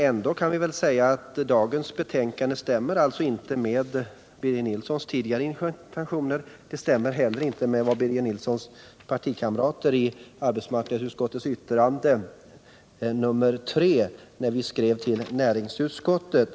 Ändå kan det väl sägas att dagens betänkande inte stämmer med Birger Nilssons tidigare intentioner, och inte heller med vad Birger Nilssons partikamrater ansåg när vi i arbetsmarknadsutskottets yttrande nr 3 skrev till näringsutskottet.